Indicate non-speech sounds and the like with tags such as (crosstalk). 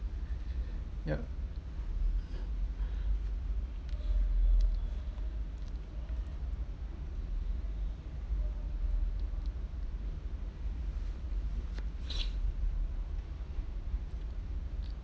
(breath) yup (breath)